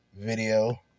video